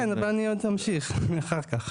כן, אבל אני עוד אמשיך אחר כך.